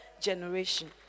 generation